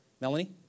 Melanie